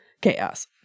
Chaos